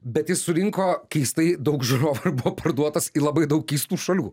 bet jis surinko keistai daug žiūrovų ir buvo parduotas į labai daug keistų šalių